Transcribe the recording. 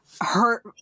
Hurt